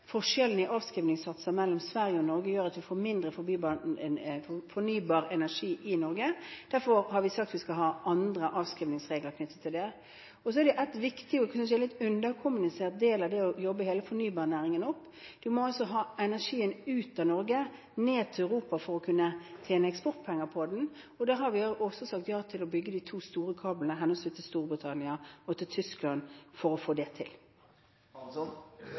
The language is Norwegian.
i avskrivningssatser mellom Sverige og Norge gjør at vi får mindre fornybar energi i Norge. Derfor har vi sagt at vi skal ha andre avskrivningsregler knyttet til det. Og så er det en viktig og kanskje litt underkommunisert del av det å jobbe hele fornybarnæringen opp: En må altså ha energien ut av Norge og ned til Europa for å kunne tjene eksportpenger på den, og der har vi også sagt ja til å bygge de to store kablene til henholdsvis Storbritannia og Tyskland for å få det til.